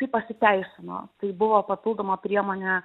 tai pasiteisino tai buvo papildoma priemonė